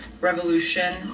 Revolution